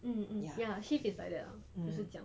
mm mm ya shift is like that lor 就是这样